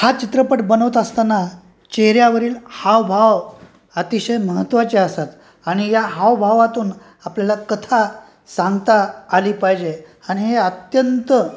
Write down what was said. हा चित्रपट बनवत असताना चेहऱ्यावरील हावभाव अतिशय महत्त्वाचे असतात आणि या हावभावातून आपल्याला कथा सांगता आली पाहिजे आणि हे अत्यंत